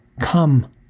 Come